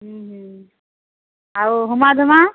ଉଁ ହୁଁ ଆଉ ହମା ଦମା